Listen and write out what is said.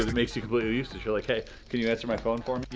and makes you completely useless you're like, hey, can you answer my phone for